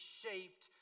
shaped